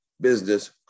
business